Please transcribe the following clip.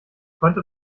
konnte